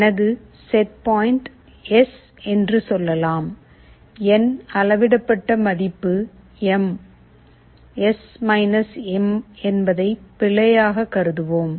எனது set point S என்று சொல்லலாம் என் அளவிடப்பட்ட மதிப்பு எம் எஸ் எம் என்பதை பிழையாக கருதுவோம்